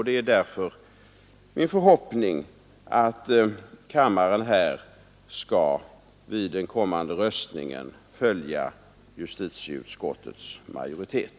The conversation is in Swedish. Det är därför min förhoppning att kammaren vid den kommande röstningen skall följa justitieutskottets majoritet.